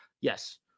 Yes